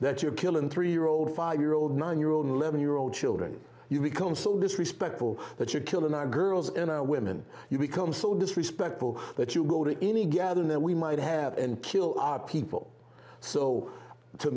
that you're killing three year old five year old nine year old eleven year old children you become so disrespectful that you're killing our girls and women you become so disrespectful that you go to any gathering that we might have and kill our people so to